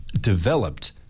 developed